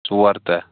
ژور تَہہ